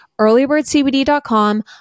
earlybirdcbd.com